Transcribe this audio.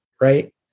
right